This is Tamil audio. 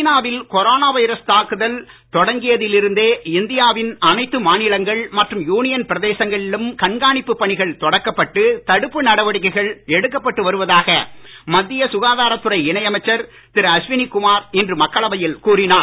சீனா வில் கொரோனா வைரஸ் தாக்குதல் ஆரம்பித்ததில் இருந்தே இந்தியா வின் அனைத்து மாநிலங்கள் மற்றும் யூனியன் பிரதேசங்களிலும் கண்காணிப்புப் பணிகள் தொடக்கப்பட்டு தடுப்பு நடவடிக்கைகள் எடுக்கப் பட்டு வருவதாக மத்திய சுகாதாரத் துறை இணை அமைச்சர் திரு அஸ்வினி குமார் இன்று மக்களவையில் கூறினார்